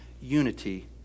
unity